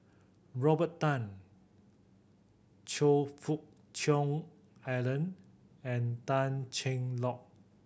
Robert Tan Choe Fook Cheong Alan and Tan Cheng Lock